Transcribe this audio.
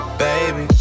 baby